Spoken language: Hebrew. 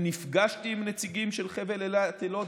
אני נפגשתי עם נציגים של חבל אילת-אילות,